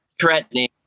threatening